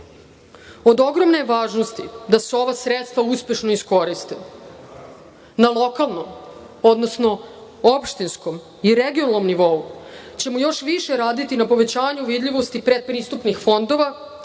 Od ogromne je važnosti da se ova sredstva uspešno iskoriste. Na lokalnom, odnosno opštinskom i regionalnom nivou ćemo još više radi na povećanju vidljivosti pretpristupnih fondova,